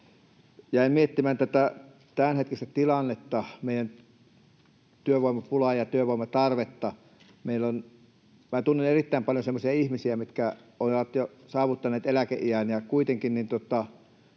Jäin miettimään tätä tämänhetkistä tilannetta, meidän työvoimapulaa ja työvoimatarvetta. Minä tunnen erittäin paljon semmoisia ihmisiä, jotka ovat jo saavuttaneet eläkeiän